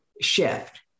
shift